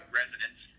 residents